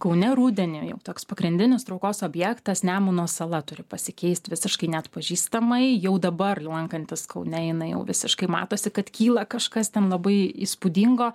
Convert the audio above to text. kaune rudenį jau toks pagrindinis traukos objektas nemuno sala turi pasikeist visiškai neatpažįstamai jau dabar lankantis kaune jinai jau visiškai matosi kad kyla kažkas ten labai įspūdingo